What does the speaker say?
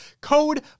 Code